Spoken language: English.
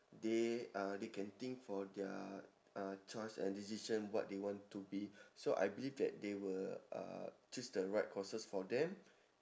they uh they can think for their uh choice and decision what they want to be so I believe that they will uh choose the right courses for them